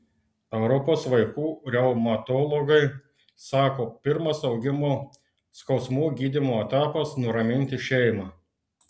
europos vaikų reumatologai sako pirmas augimo skausmų gydymo etapas nuraminti šeimą